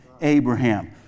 Abraham